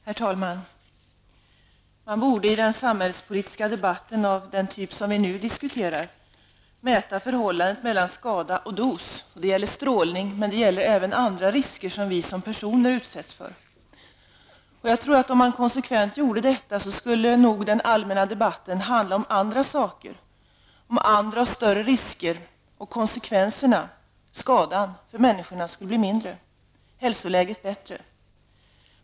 Herr talman! Man borde i samhällspolitiska debatter av den typ som vi nu diskuterar mäta förhållandet mellan skada och dos. Det gäller strålning, men det gäller även andra risker som vi som personer utsätts för. Om man konsekvent gjorde detta skulle den allmänna debatten nog handla om andra saker, om andra och större risker och konsekvenserna -- skadan för människorna skulle bli mindre, hälsoläget bättre.